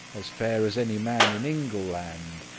as fair as any man in engleland,